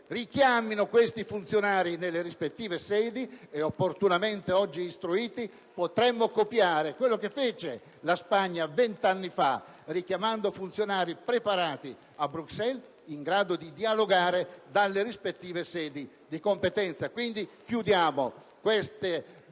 Richiamino questi funzionari nelle rispettive sedi e, opportunamente istruiti, potremo copiare quello che fece la Spagna vent'anni fa, richiamando funzionari preparati a Bruxelles, in grado di dialogare dalle rispettive sedi di competenza. Chiudiamo queste istituzioni